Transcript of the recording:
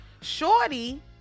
Shorty